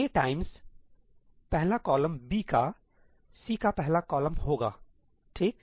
ए times पहला column B का C का पहला कॉलम होगा ठीक